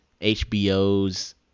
HBO's